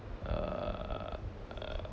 err err